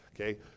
Okay